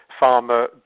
Pharma